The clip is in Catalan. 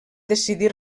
decidir